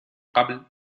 قبل